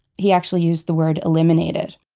he actually used the word eliminated.